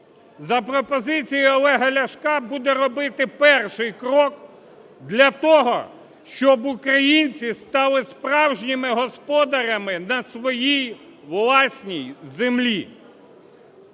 за пропозицією Олега Ляшка буде робити крок для того, щоб українці стали справжніми господарями на своїй власній землі.